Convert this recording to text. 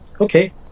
Okay